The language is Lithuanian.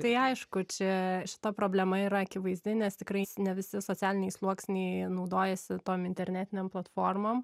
tai aišku čia šita problema yra akivaizdi nes tikrais ne visi socialiniai sluoksniai naudojasi tom internetinėm platformom